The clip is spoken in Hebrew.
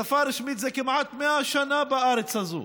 שפה רשמית זה כמעט 100 שנה בארץ הזו,